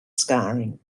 scarring